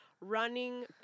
running